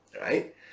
right